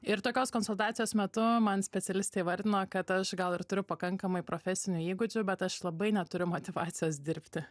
ir tokios konsultacijos metu man specialistai įvardino kad gal ir turiu pakankamai profesinių įgūdžių bet aš labai neturiu motyvacijos dirbti